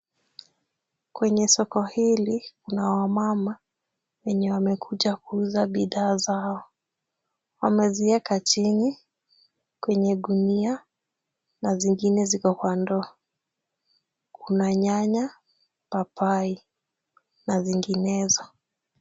Kwenye soko hili kuna wamama wenye wamekuja kuuza bidhaa zao. Wamezieka chini kwenye gunia na zingine ziko kwa ndoo. Kuna nyanya, papai na zinginezo.